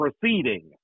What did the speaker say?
proceeding